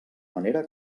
manera